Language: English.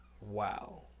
Wow